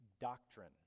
doctrine